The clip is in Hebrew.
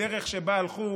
בדרך שבה הלכו